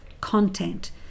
content